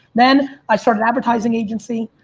then i started advertising agency.